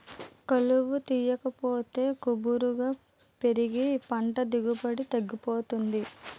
కలుపు తీయాకపోతే గుబురుగా పెరిగి పంట దిగుబడి తగ్గిపోతుంది